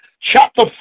chapter